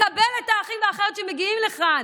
לקבל את האחים והאחיות שמגיעים לכאן,